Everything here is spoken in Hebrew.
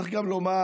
צריך גם לומר